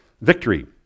victory